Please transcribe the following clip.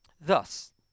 Thus